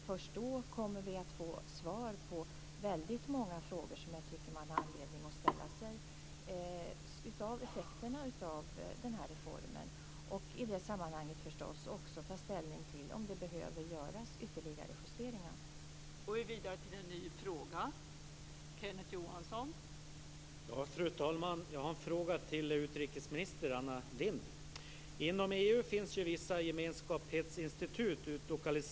Först då kommer vi att få svar på väldigt många frågor som jag tycker att man har anledning att ställa sig om effekterna av reformen. I det sammanhanget skall man naturligtivs också ta ställning till om det behöver göras ytterligare justeringar.